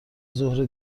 ظهر